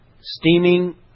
steaming